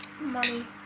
money